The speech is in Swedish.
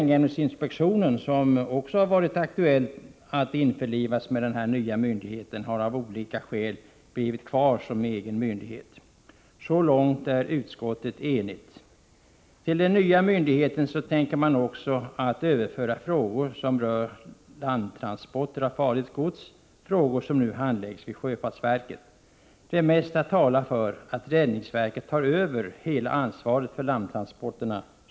Det har också varit aktuellt att införliva sprängämnesinspektionen med den nya myndigheten, men den har av olika skäl blivit kvar som egen myndighet. Så långt är utskottet enigt. Till den nya myndigheten tänker man också överföra frågor som rör landtransporter av farligt gods. Dessa frågor handläggs nu av sjöfartsverket. Det mesta talar för att räddningsverket tar över hela ansvaret för landtransporterna.